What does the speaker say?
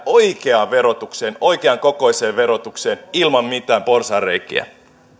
oikeaan verotukseen oikean kokoiseen verotukseen ilman mitään porsaanreikiä